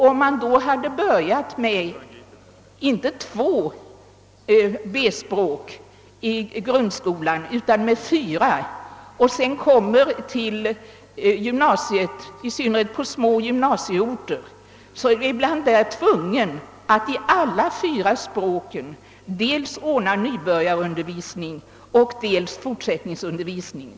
Om man börjar med fyra B-språk i grundskolan måste gymnasiet och fackskolan ge både nybörjarundervisning och fortsättningsundervisning i alla fyra språken, och det kommer att skapa svårigheter inte minst på de små gymnasieorterna.